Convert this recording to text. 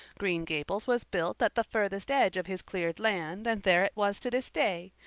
green gables was built at the furthest edge of his cleared land and there it was to this day,